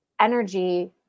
energy